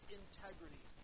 integrity